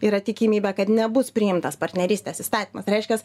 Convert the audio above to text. yra tikimybė kad nebus priimtas partnerystės įstatymas reiškias